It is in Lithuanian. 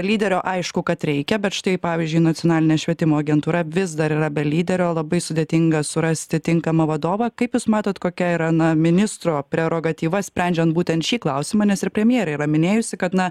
lyderio aišku kad reikia bet štai pavyzdžiui nacionalinė švietimo agentūra vis dar yra be lyderio labai sudėtinga surasti tinkamą vadovą kaip jūs matot kokia yra na ministro prerogatyva sprendžiant būtent šį klausimą nes ir premjerė yra minėjusi kad na